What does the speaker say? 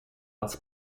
als